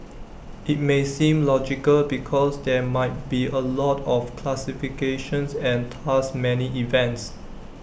IT may seem logical because there might be A lot of classifications and thus many events